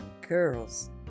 Girls